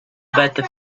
better